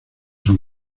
son